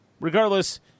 Regardless